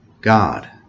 God